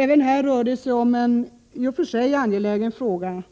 Även här rör det sig om en i och för sig angelägen fråga,